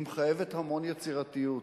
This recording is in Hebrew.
היא מחייבת המון יצירתיות,